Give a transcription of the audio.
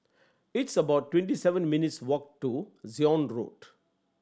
it's about twenty seven minutes' walk to Zion Road